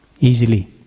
easily